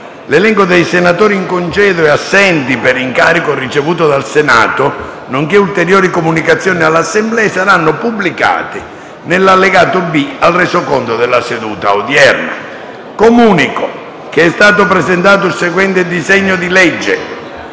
L'elenco dei senatori in congedo e assenti per incarico ricevuto dal Senato, nonché ulteriori comunicazioni all'Assemblea saranno pubblicati nell'allegato B al Resoconto della seduta odierna. **Disegni di legge,